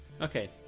okay